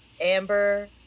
Amber